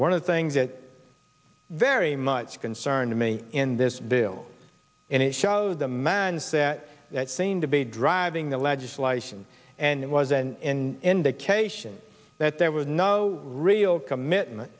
one of the things that very much concern to me in this bill and it showed the man's that that seemed to be driving the legislation and it was and indication that there was no real commitment